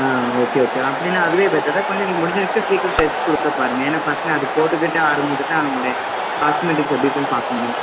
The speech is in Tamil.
ஆ ஓகே ஓகே அப்படின்னா அதுவே பெட்டர் தான் கொஞ்சம் நீங்கள் முடிஞ்ச வரைக்கும் சீக்கிரம் தைச்சுக் கொடுக்கப் பாருங்க ஏன்னா பசங்க அத போட்டுக்கிட்டு ஆடும் போது தான் அவுங்களுடைய காஸ்மெட்டிக்ஸ் எப்படி இருக்குதுன்னு பாக்க முடியும்